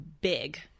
big